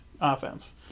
offense